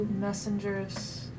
messengers